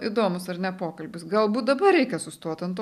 įdomus ar ne pokalbis galbūt dabar reikia sustot ant to